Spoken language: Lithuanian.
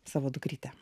savo dukrytę